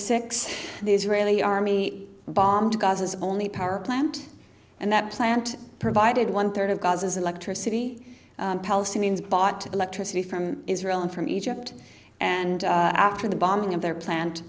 six the israeli army bombed gaza's only power plant and that plant provided one third of gaza's electricity palestinians bought electricity from israel and from egypt and after the bombing of their plant